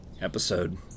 episode